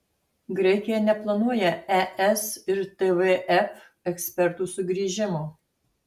graikija neplanuoja es ir tvf ekspertų sugrįžimo